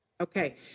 Okay